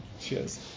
Cheers